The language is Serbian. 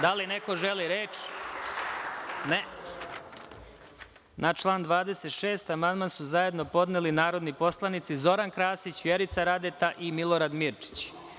Da li neko želi reč? (Ne.) Na član 26. amandman su zajedno podneli narodni poslanici Zoran Krasić, Vjerica Radeta i Milorad Mirčić.